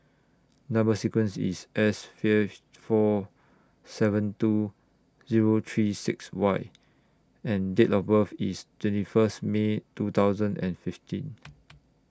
Number sequence IS S five four seven two Zero three six Y and Date of birth IS twenty First May two thousand and fifteen